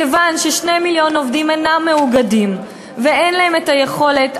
מכיוון ש-2 מיליון עובדים אינם מאוגדים ואין להם היכולת,